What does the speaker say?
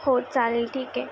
हो चालेल ठीके